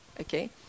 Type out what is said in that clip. okay